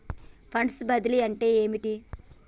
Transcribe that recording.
Funds బదిలీ అంటే ఏమిటి?